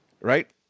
right